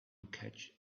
catch